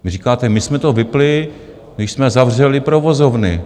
Vy říkáte, my jsme to vypnuli, když jsme zavřeli provozovny.